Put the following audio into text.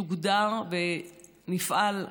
תוגדר ונפעל,